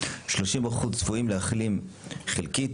30% צפויים להחלים חלקית,